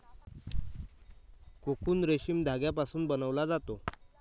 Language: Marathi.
कोकून रेशीम धाग्यापासून बनवला जातो